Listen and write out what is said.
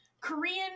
Korean